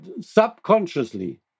subconsciously